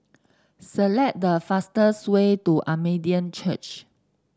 select the fastest way to Armenian Church